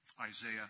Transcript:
Isaiah